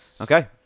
Okay